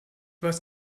was